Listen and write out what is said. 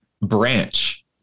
branch